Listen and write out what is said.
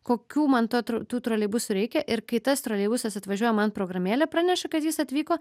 kokių man to tų troleibusų reikia ir kai tas troleibusas atvažiuoja man programėlė praneša kad jis atvyko